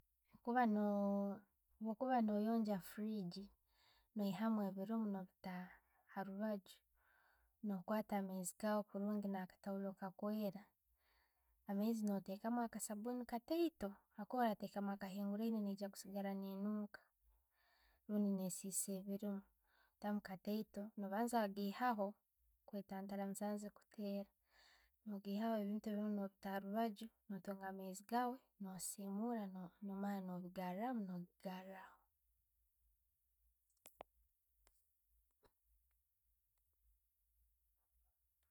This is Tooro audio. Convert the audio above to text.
Kuba no kuba no yongya fridge, noihihamu ebiiriimu no bitaha harubaju, nokwata amaaizi gaawe kurungi na'katwoolo kakweera. Amaaizi no tekamu akaasabuni kateito habwokuba mukutekamu gahunguriane negya kusigaala nenunka rundi nesiisa ne biriimu. Ottamu kattito, no banza gihaaho obutantara amasanyalazi okukuteera. No gihaho ebintu ebindi no'bitaa harubanju, n'taamu amaiizi gaawe, no'biisumula, no maara no'bigaramu nogiigaraho.